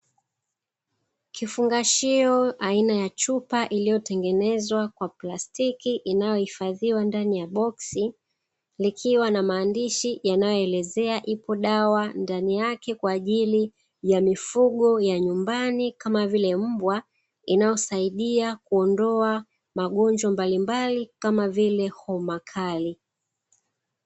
Kifungashio aina ya chupa iliyotengenezwa kwa plastiki inayohifadhiwa ndani ya boksi, likiwa na maandishi yanayoelezea ipo dawa ndani yake kwa ajili ya mifugo ya nyumbani kama vile mbwa. Inayosaidia kuondoa magonjwa mbalimbali kama vile homa kali.